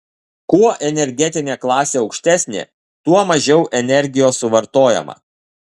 kuo energetinė klasė aukštesnė tuo mažiau energijos suvartojama